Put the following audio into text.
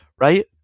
Right